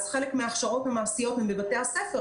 אז חלק מההכשרות המעשיות הן בבתי הספר,